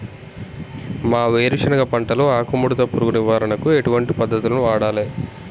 మా వేరుశెనగ పంటలో ఆకుముడత పురుగు నివారణకు ఎటువంటి పద్దతులను వాడాలే?